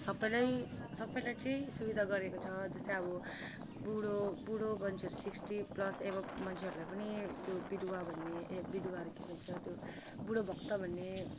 सबैलाई सबैलाई चाहिँ सुविधा गरेको छ जस्तै अब बुढो बुढो मान्छेहरू सिक्सटी प्लस एबोभ मान्छेहरूलाई पनि त्यो विधुवा भन्ने ए विधुवा अरे के भन्छ त्यो बुढो भत्ता भन्ने